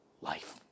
life